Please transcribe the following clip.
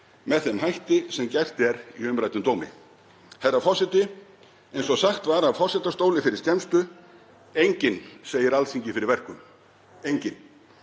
með þeim hætti sem gert er í umræddum dómi. Herra forseti. Eins og sagt var á forsetastóli fyrir skemmstu: Enginn segir Alþingi fyrir verkum. Enginn.